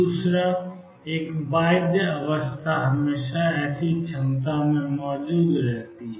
दूसरा एक बाध्य अवस्था हमेशा ऐसी क्षमता में मौजूद रहती है